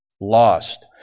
lost